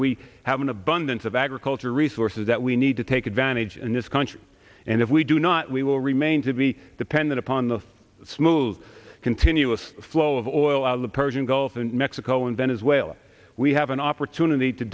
we have an abundance of agriculture resources that we need to take advantage in this country and if we do not we will remain to be dependent upon the smooth continuous flow of oil out of the persian gulf and mexico and venezuela we have an opportunity to